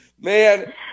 Man